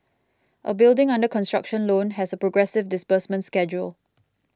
a building under construction loan has a progressive disbursement schedule